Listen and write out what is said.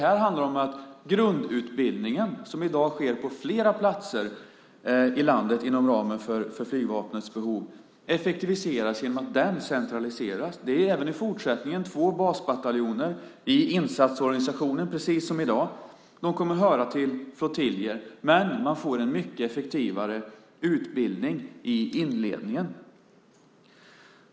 Här handlar det om att grundutbildningen, som i dag sker på flera platser i landet inom ramen för flygvapnets behov, effektiviseras genom att den centraliseras. Det är även i fortsättningen två basbataljoner i insatsorganisationen, precis som i dag. De kommer att höra till flottiljer. Men man får en mycket effektivare utbildning i inledningen.